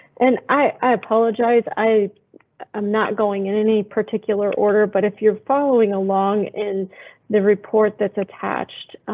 and i apologize i i'm not going in any particular order, but if you're following along and the report that's attached,